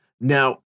Now